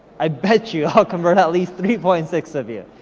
i bet you i'll convert at least three point six of you.